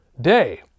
day